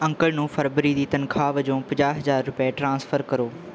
uncle ਨੂੰ ਫਰਵਰੀ ਦੀ ਤਨਖਾਹ ਵਜੋਂ ਪੰਜਾਹ ਹਜ਼ਾਰ ਰੁਪਏ ਟ੍ਰਾਂਸਫਰ ਕਰੋ